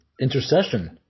intercession